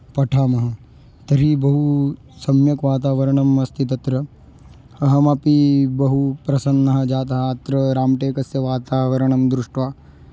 पठामः तर्हि बहु सम्यक् वातावरणम् अस्ति तत्र अहमपि बहु प्रसन्नः जातः अत्र राम्टेकस्य वातावरणं दृष्ट्वा